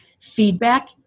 feedback